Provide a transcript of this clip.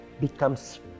becomes